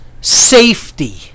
safety